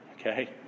Okay